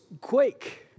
quake